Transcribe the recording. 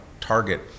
Target